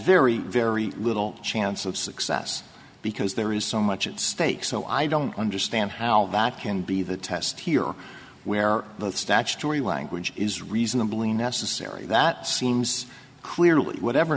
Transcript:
very very little chance of success because there is so much at stake so i don't understand how that can be the test here we are both statutory language is reasonably necessary that seems clearly whatever